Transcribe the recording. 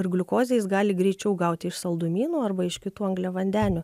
ir gliukozę jis gali greičiau gauti iš saldumynų arba iš kitų angliavandenių